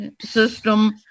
system